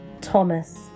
Thomas